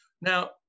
Now